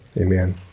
Amen